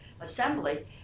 assembly